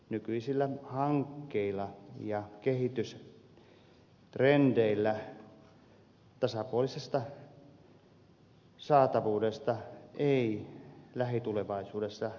nykyisillä hankkeilla ja kehitystrendeillä tasapuolisesta saatavuudesta ei lähitulevaisuudessa voi puhua